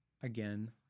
again